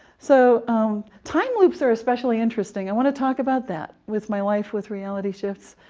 so time loops are especially interesting. i want to talk about that, with my life with reality shifts.